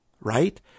right